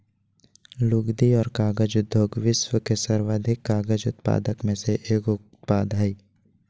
लुगदी और कागज उद्योग विश्व के सर्वाधिक कागज उत्पादक में से एगो उत्पाद हइ